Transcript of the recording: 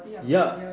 ya